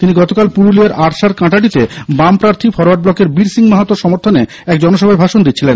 তিনি গতকাল পুরুলিয়ার আড়শার কাঁটাডিতে বাম প্রার্থী ফরওয়ার্ড ব্লকের বীর সিং মাহাতোর সমর্থনে এক জনসভায় ভাষণ দিচ্ছিলেন